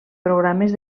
programes